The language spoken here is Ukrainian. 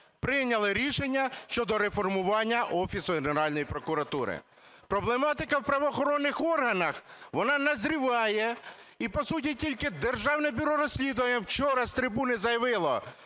прийняли рішення щодо реформування Офісу Генеральної прокуратури. Проблематика в правоохоронних органах, вона назріває, і, по суті, тільки Державне бюро розслідувань вчора з трибуни заявило,